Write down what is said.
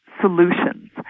solutions